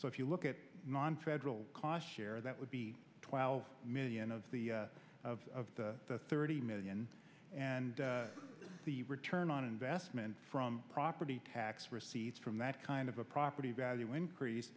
so if you look at nonfederal cost share that would be twelve million of the of the thirty million and the return on investment from property tax receipts from that kind of a property value increase